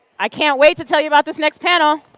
i can't wait to tell you about this next panel.